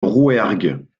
rouergue